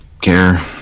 care